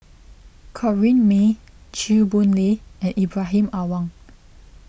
Corrinne May Chew Boon Lay and Ibrahim Awang